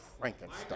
Frankenstein